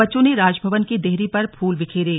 बच्चों ने राजभवन की देहरी पर फूल बिखेरे